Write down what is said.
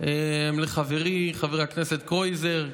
לחברי חבר הכנסת קרויזר,